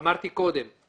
זה בדיוק מה שרציתי לשאול.